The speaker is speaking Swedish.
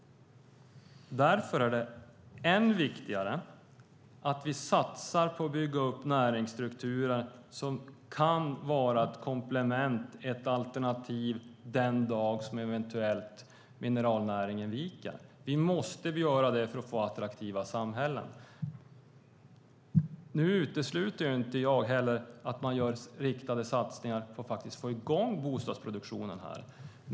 Därför är det än viktigare att vi satsar på att bygga upp näringsstrukturer som kan vara ett komplement eller ett alternativ den dag som mineralnäringen eventuellt viker. Vi måste göra det för att få attraktiva samhällen. Nu utesluter inte jag heller att man gör riktade satsningar för att faktiskt få i gång bostadsproduktionen här.